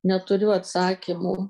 neturiu atsakymų